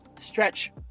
stretch